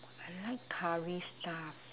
I like curry stuff